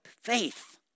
faith